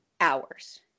hours